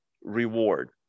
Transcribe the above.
reward